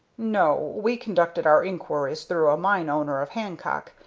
no. we conducted our inquiries through a mine-owner of hancock,